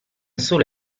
solo